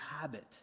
habit